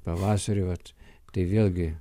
pavasarį vat tai vėlgi